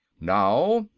now,